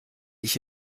ich